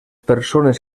persones